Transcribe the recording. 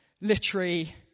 literary